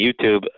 YouTube